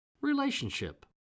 relationship